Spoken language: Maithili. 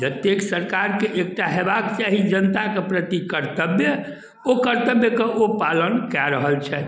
जतेक सरकार कऽ एकटा होयबाक चाही जनताके प्रति कर्तब्य ओ कर्तब्य कऽ ओ पालन कै रहल छथि